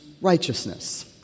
righteousness